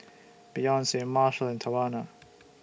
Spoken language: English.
Beyonce Marshall and Tawanna